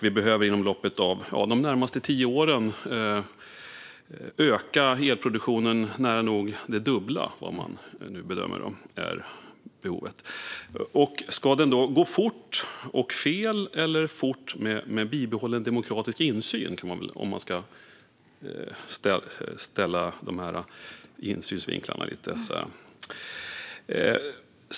Vi behöver inom loppet av de närmaste tio åren öka elproduktion med nära nog det dubbla. Det är vad man nu bedömer är behovet. Insynsvinklarna som ställs är: Ska det gå fort och fel eller fort med bibehållen demokratisk insyn?